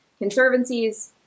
conservancies